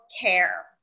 care